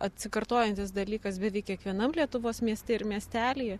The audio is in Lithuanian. atsikartojantis dalykas beveik kiekvienam lietuvos mieste ir miestelyje